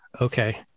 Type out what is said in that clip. okay